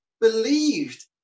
believed